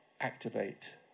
activate